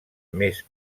més